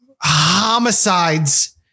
homicides